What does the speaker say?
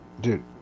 dude